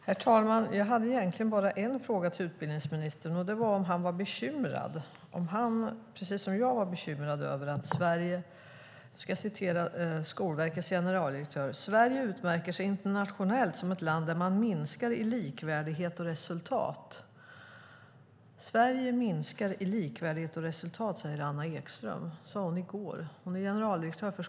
Herr talman! Jag hade egentligen bara en fråga till utbildningsministern. Det var om han precis som jag var bekymrad över, och nu ska jag citera Skolverkets generaldirektör, att "Sverige utmärker sig internationellt som ett land där man minskar i likvärdighet och resultat". Sverige minskar i likvärdighet och resultat, säger Anna Ekström, generaldirektör för Skolverket. Det sade hon i går.